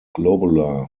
globular